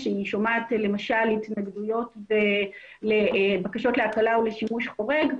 כשאני שומעת למשל התנגדויות בבקשות להקלה או לשימוש חורג,